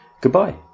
goodbye